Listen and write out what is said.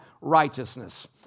righteousness